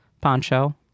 poncho